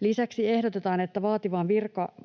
Lisäksi ehdotetaan, että